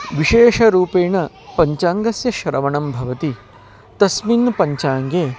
विशेषरूपेण पञ्चाङ्गस्य श्रवणं भवति तस्मिन् पञ्चाङ्गे